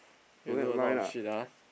you do a lot of shit ah